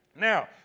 Now